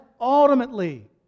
ultimately